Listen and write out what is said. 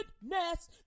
goodness